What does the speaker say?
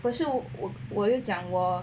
可是我我又讲我